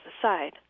aside